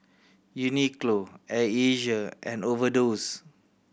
Uniqlo Air Asia and Overdose